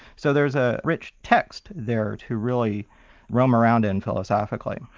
so there's a rich text there to really run around in philosophically.